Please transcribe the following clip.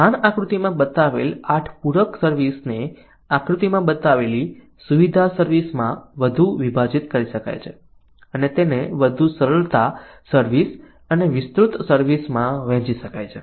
સ્થાન આકૃતિમાં બતાવેલ આઠ પૂરક સર્વિસ ને આકૃતિમાં બતાવેલી સુવિધા સર્વિસ માં વધુ વિભાજિત કરી શકાય છે અને તેને વધુ સરળતા સર્વિસ અને વિસ્તૃત સર્વિસ માં વહેંચી શકાય છે